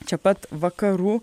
čia pat vakarų